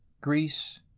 Greece